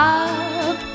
up